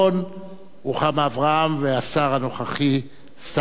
רוחמה אברהם והשר הנוכחי סטס מיסז'ניקוב.